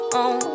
on